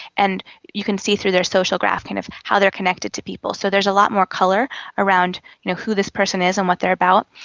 and you can see through their social graph kind of how they're connected to people. so there's a lot more colour around you know who this person is and what they're about.